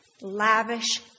lavish